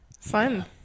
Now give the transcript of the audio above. Fun